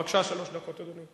בבקשה, שלוש דקות, אדוני.